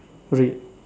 red